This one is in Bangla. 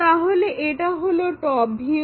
তাহলে এটা হলো টপ ভিউ